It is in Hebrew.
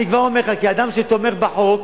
אני כבר אומר לך, כאדם שתומך בחוק: